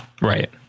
Right